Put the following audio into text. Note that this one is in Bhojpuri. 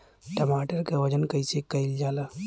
टमाटर क वजन कईसे कईल जाला?